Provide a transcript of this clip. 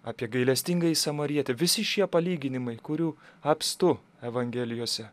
apie gailestingąjį samarietį visi šie palyginimai kurių apstu evangelijose